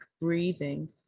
breathing